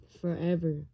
forever